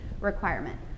requirement